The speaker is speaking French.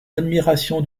admiration